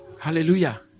Hallelujah